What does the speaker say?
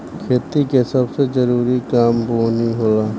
खेती के सबसे जरूरी काम बोअनी होला